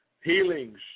healings